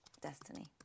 destiny